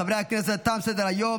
חברי הכנסת, תם סדר-היום.